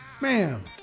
ma'am